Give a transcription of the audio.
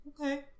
okay